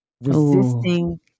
Resisting